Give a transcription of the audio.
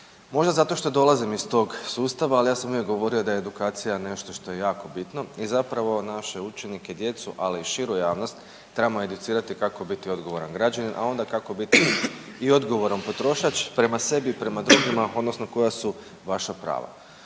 Možda zato što dolazim iz tog sustava, ali ja sam uvijek govorio da je edukacija nešto što je jako bitno i zapravo naše učenike i djecu, ali i širu javnost trebamo educirati kako biti odgovoran građanin, a onda kako biti i odgovoran potrošač prema sebi i prema drugima odnosno koja su vaša prava.